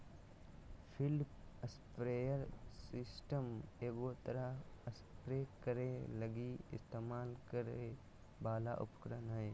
field sprayer system एगो तरह spray करे लगी इस्तेमाल करे वाला उपकरण हइ